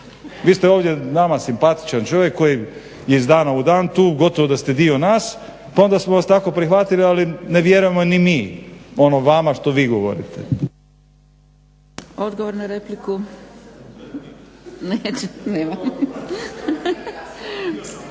Vi ste ovdje nama simpatičan čovjek koji je iz dana u dan tu gotovo da ste dio nas pa smo vas onda tako prihvatili ali ne vjerujemo ni ono vama što vi govorite. **Zgrebec,